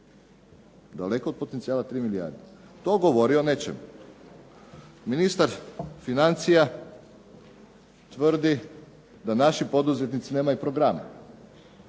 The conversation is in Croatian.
daleko od potencijala od 3 milijarde. To govori o nečemu. Ministar financija tvrdi da naši poduzetnici nemaju programe,